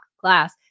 class